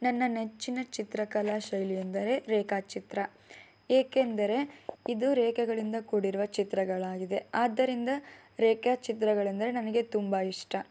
ನನ್ನ ನೆಚ್ಚಿನ ಚಿತ್ರಕಲಾ ಶೈಲಿ ಎಂದರೆ ರೇಖಾಚಿತ್ರ ಏಕೆಂದರೆ ಇದು ರೇಖೆಗಳಿಂದ ಕೂಡಿರುವ ಚಿತ್ರಗಳಾಗಿದೆ ಆದ್ದರಿಂದ ರೇಖಾಚಿತ್ರಗಳೆಂದರೆ ನನಗೆ ತುಂಬ ಇಷ್ಟ